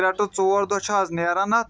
ترٛےٚ ٹوٚ ژور دۄہ چھِ حظ نیران اَتھ